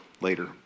later